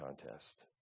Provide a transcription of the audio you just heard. contest